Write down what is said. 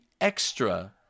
extra